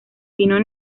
pino